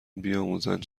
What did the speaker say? بیاموزند